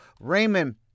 Raymond